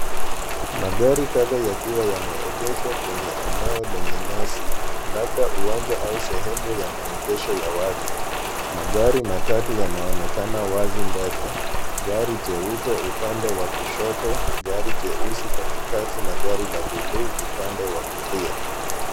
Magari kadhaa yakiwa yameegeshwa kwenye eneo lenye nyasi labda uwanja au sehemu ya maegesho ya wazi. Magari matatu yanaonekana wazi mbele, gari jeupe upande wa kushoto, gari jeusi katikati na gari la bluu upande wa kulia.